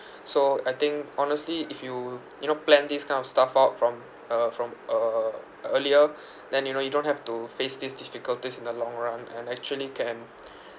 so I think honestly if you you know plan this kind of stuff out from uh from uh earlier then you know you don't have to face these difficulties in the long run and actually can